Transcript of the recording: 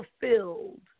fulfilled